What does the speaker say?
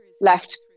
left